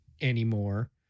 anymore